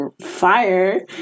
fire